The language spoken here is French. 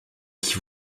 qui